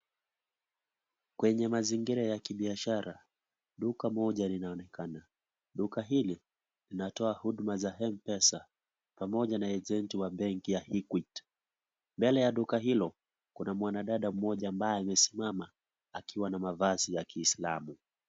Kwenye mazingira ya kibiashara duka moja linaonekana. Duka hili linatoa huduma za mpesa pamoja na ajenti wa benki ya Equity. Mbele ya duka hilo kuna mwanadada mmoja ambaye amesimama akiwa na mavazi ya kiislamu.